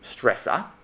stressor